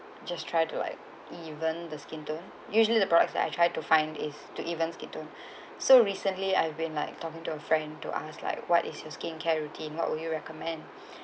just try to like even the skin tone usually the products that I try to find is to even skin tone so recently I've been like talking to a friend to ask like what is your skincare routine what would you recommend